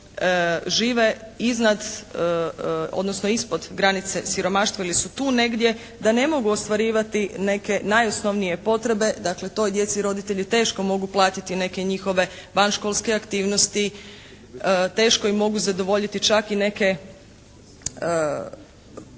žive iznad odnosno ispod granice siromaštva ili su tu negdje, da ne mogu ostvarivati neke najosnovnije potrebe dakle toj djeci roditelji teško mogu platiti neke njihove vanškolske aktivnosti, teško im mogu zadovoljiti čak i neke